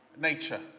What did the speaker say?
nature